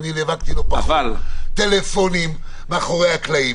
אני נאבקתי לא פחות, כולל טלפונים מאחורי הקלעים.